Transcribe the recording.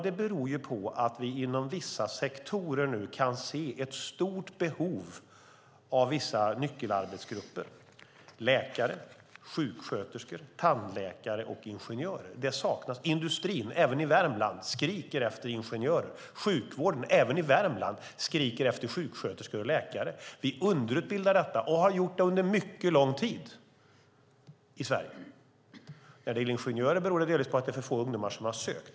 Det beror på att vi inom vissa sektorer kan se ett stort behov av vissa nyckelarbetsgrupper: läkare, sjuksköterskor, tandläkare och ingenjörer. Det saknas. Industrin, även i Värmland, skriker efter ingenjörer. Sjukvården, även i Värmland, skriker efter sjuksköterskor och läkare. Vi underutbildar och har gjort det under mycket lång tid i Sverige. När det gäller ingenjörer beror det delvis på att för få ungdomar har sökt.